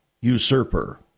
usurper